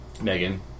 Megan